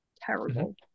Terrible